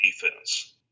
defense